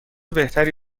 بهتری